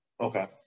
Okay